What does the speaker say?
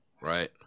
Right